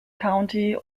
county